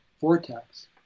vortex